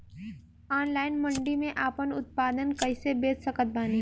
Online मंडी मे आपन उत्पादन कैसे बेच सकत बानी?